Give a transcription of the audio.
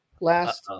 last